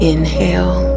Inhale